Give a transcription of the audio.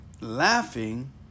laughing